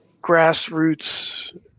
grassroots